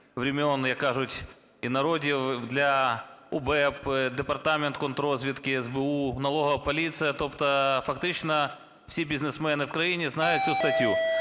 врємьон, як кажуть, і народів для УБЭП, Департамент контррозвідки СБУ, налогова поліція. Тобто фактично всі бізнесмени в країні знають цю статтю.